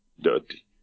dirty